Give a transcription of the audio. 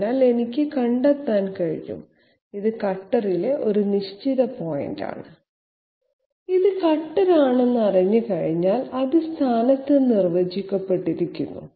അതിനാൽ എനിക്ക് കണ്ടെത്താൻ കഴിയും ഇത് കട്ടറിലെ ഒരു നിശ്ചിത പോയിന്റാണ് ഇത് കട്ടർ ആണെന്ന് അറിഞ്ഞുകഴിഞ്ഞാൽ അത് സ്ഥാനത്ത് നിർവചിക്കപ്പെട്ടിരിക്കുന്നു